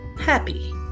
happy